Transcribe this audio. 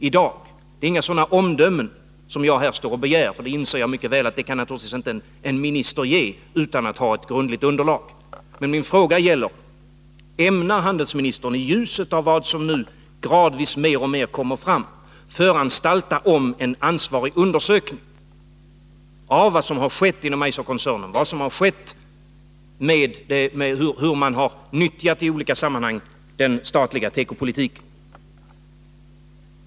Jag inser mycket väl att sådana omdömen kan naturligtvis inte en minister ge utan att ha ett grundligt underlag, men min fråga är: Ämnar handelsministern, i ljuset av vad som nu gradvis mer och mer kommer fram, föranstalta om en undersökning av vad som har skett inom Eiserkoncernen och hur man i olika sammanhang har nyttjat den statliga tekopolitiken?